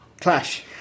clash